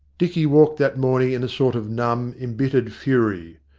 dicky walked that morning in a sort of numb, embittered fury.